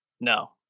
No